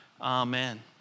Amen